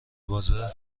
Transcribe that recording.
بازه